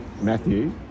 Matthew